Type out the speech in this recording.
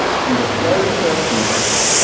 from the very first mac,